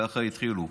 ככה התחילו.